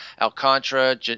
Alcantara